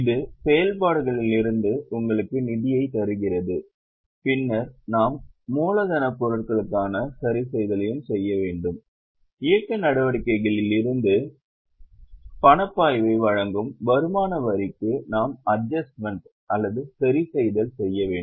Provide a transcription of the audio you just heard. இது செயல்பாடுகளில் இருந்து உங்களுக்கு நிதியைத் தருகிறது பின்னர் நாம் மூலதனப் பொருட்களுக்கான சரிசெய்தலையும் செய்ய வேண்டும் இயக்க நடவடிக்கைகளில் இருந்து பணப்பாய்வை வழங்கும் வருமான வரிக்கு நாம் அட்ஜஸ்ட்மென்ட் சரிசெய்தல் செய்ய வேண்டும்